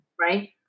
right